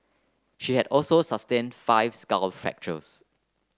she had also sustained five skull fractures